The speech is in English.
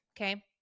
okay